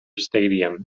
stadium